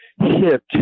hit